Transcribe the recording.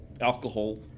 alcohol